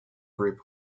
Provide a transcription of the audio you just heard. group